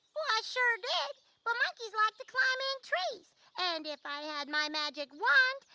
well i sure did but monkeys like to climb in trees and if i had my magic wand,